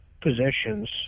Positions